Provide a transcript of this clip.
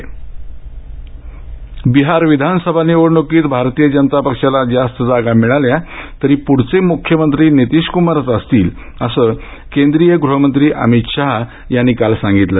अमित शहा बिहार विधानसभा निवडणुकीत भाजपाला जास्त जागा मिळाल्या तरी पुढचे मुख्यमंत्री नितीश कुमारच असतील असं केंद्रीय गृह मंत्री अमित शहा यांनी काल सांगितलं